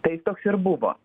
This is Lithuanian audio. tai toks ir buvo